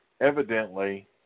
evidently